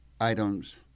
items